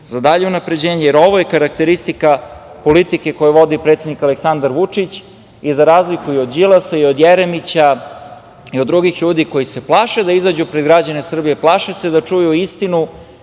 za dalje unapređenje, jer ovo je karakteristika politike koju vodi predsednik Aleksandar Vučić. Za razliku i od Đilasa i od Jeremića i od drugih ljudi koji se plaše da izađu pred građane Srbije, plaše se da čuju istinu,